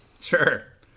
Sure